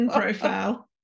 profile